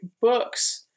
books